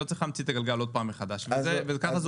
לא צריך להמציא את הגלגל כל פעם מחדש, כך זה עובד.